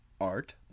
Art